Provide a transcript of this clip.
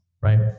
right